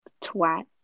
twat